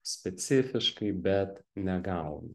specifiškai bet negaunu